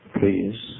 Please